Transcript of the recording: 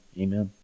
Amen